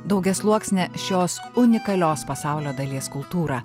daugiasluoksnę šios unikalios pasaulio dalies kultūrą